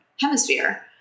hemisphere